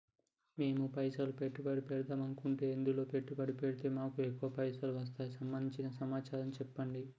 మేము పైసలు పెట్టుబడి పెడదాం అనుకుంటే ఎందులో పెట్టుబడి పెడితే మాకు ఎక్కువ పైసలు వస్తాయి సంబంధించిన సమాచారం చెప్పండి?